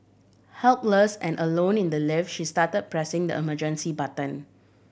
helpless and alone in the lift she start pressing the emergency button